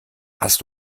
hast